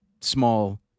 small